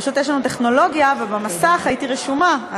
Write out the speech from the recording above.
פשוט יש לנו טכנולוגיה, ובמסך הייתי רשומה.